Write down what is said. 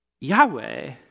Yahweh